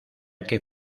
que